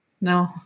no